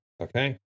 okay